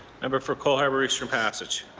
member for cole harbour-eastern passage.